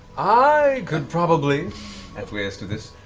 i could probably acquiesce to this.